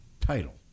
title